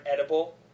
edible